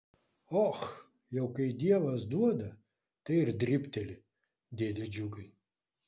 och jau kai dievas duoda tai ir dribteli dėde džiugai